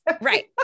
Right